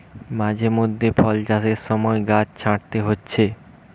মাঝে মধ্যে ফল চাষের সময় গাছ ছাঁটতে হচ্ছে